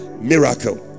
miracle